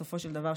בסופו של דבר,